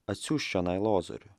atsiųsk čionai lozorių